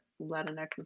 latinx